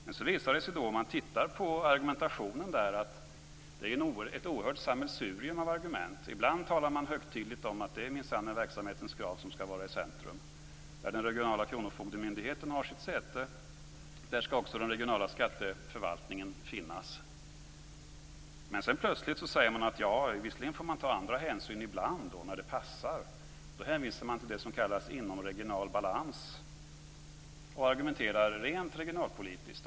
Men det visar sig att det är ett oerhört sammelsurium av argument. Ibland talar man högtidligt om att det minsann är verksamhetens krav som skall vara i centrum. Där den regionala kronofogdemyndigheten har sitt säte, där skall också den regionala skatteförvaltningen finnas. Sedan sägs det plötsligt att man ibland får ta andra hänsyn när det passar. Då hänvisar man till det som kallas för inomregional balans och argumenterar rent regionalpolitiskt.